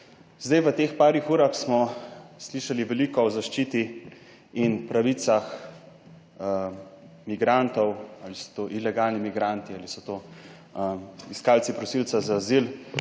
Zdaj, v teh parih urah smo slišali veliko o zaščiti in pravicah migrantov, ali so to ilegalni migranti ali so to iskalci prosilca za azil.